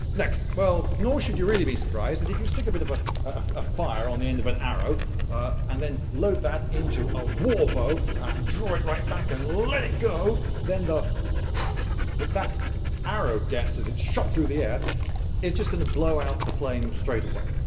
no. well, nor should you really be surprised that if you stick a bit of ah of a fire on the end of an arrow and then load that into a warbow and draw right back and let it go then the pffffff that that arrow gets as it's shot through the air is just going to blow out the flame straight away.